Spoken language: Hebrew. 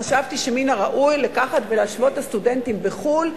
חשבתי שמן הראוי לקחת ולהשוות את הסטודנטים בחו"ל,